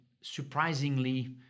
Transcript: surprisingly